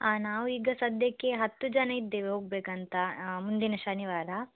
ನಾವೀಗ ಸದ್ಯಕ್ಕೆ ಹತ್ತು ಜನ ಇದ್ದೇವೆ ಹೋಗಬೇಕಂತ ಮುಂದಿನ ಶನಿವಾರ